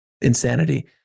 insanity